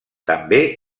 també